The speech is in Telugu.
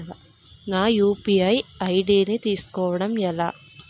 నా యు.పి.ఐ ఐ.డి ని తెలుసుకోవడం ఎలా?